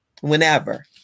Whenever